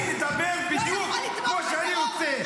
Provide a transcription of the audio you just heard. אני מדבר בדיוק כמו שאני רוצה.